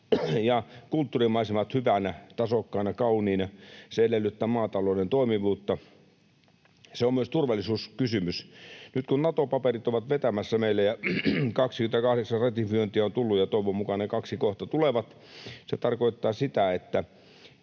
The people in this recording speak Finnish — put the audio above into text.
kulttuurimaisemat hyvinä, tasokkaina ja kauniina, se edellyttää maatalouden toimivuutta. Se on myös turvallisuuskysymys. Nyt, kun Nato-paperit ovat vetämässä meillä ja 28 ratifiointia on tullut ja toivon mukaan ne kaksi kohta tulevat, se tarkoittaa sitä, että